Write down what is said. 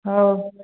ହେଉ